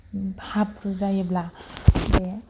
थाब जायोब्ला